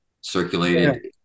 circulated